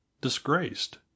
disgraced